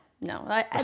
no